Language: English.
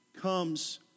comes